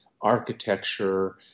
architecture